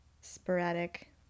sporadic